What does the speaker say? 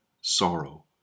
sorrow